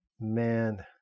Man